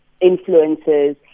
influences